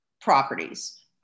properties